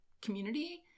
community